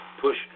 push